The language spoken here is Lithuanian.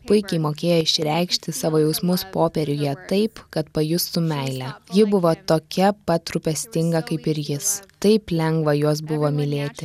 puikiai mokėjo išreikšti savo jausmus popieriuje taip kad pajustum meilę ji buvo tokia pat rūpestinga kaip ir jis taip lengva juos buvo mylėti